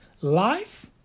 Life